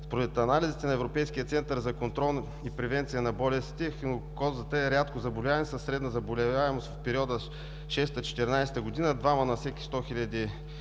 Според анализите на Европейския център за контрол и превенция на болестите ехинококозата е рядко заболяване със средна заболеваемост в периода 2006 – 2014 г. двама на всеки 100 хил.